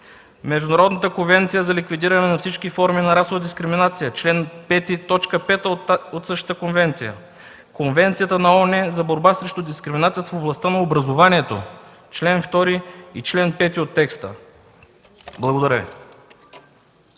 Международната конвенция за ликвидиране на всички форми на расова дискриминация – чл. 5, т. 5 от нея; Конвенцията на ООН за борба срещу дискриминацията в областта на образованието – чл. 2 и чл. 5 от текста. Благодаря